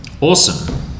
Awesome